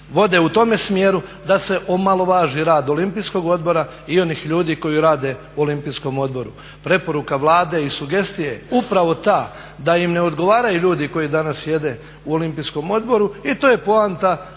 vode u tome smjeru da se omalovaži rad Olimpijskog odbora i onih ljudi koji rade u Olimpijskom odboru. Preporuka Vlade i sugestije upravo ta da im ne odgovaraju ljudi koji danas sjede u Olimpijskom odboru i to je poanta